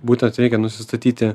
būtent reikia nusistatyti